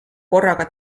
korraga